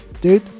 Dude